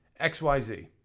XYZ